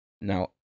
Now